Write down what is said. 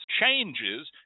changes